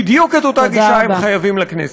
בדיוק אותה גישה הם חייבים לכנסת.